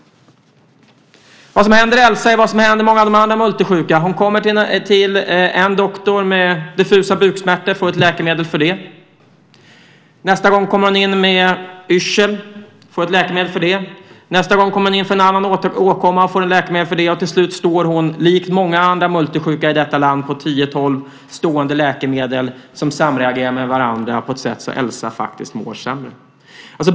Vad som händer Elsa är vad som händer många av de andra multisjuka. Hon kommer till en doktor med diffusa buksmärtor, och får ett läkemedel för det. Nästa gång kommer hon in med yrsel, och får ett läkemedel för det. Nästa gång kommer hon in för en annan åkomma, och får ett läkemedel för det. Till slut står hon likt många andra multisjuka i detta land på tio, tolv stående läkemedel som samreagerar på varandra på ett sätt som gör att Elsa faktiskt mår sämre.